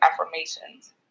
affirmations